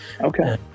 okay